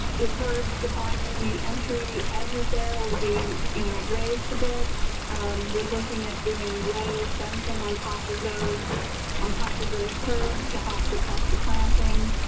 curbs defining the entry edges there would be, you know, raised a bit we're looking at doing low fencing on top of those on top of those curves to help protect the planting